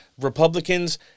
Republicans